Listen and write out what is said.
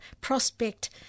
prospect